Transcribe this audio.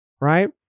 right